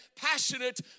passionate